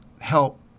help